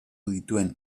dituen